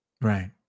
Right